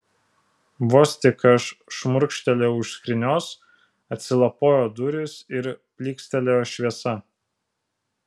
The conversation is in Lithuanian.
vos tik aš šmurkštelėjau už skrynios atsilapojo durys ir plykstelėjo šviesa